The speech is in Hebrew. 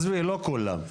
לא כולם.